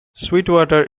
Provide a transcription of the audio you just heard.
sweetwater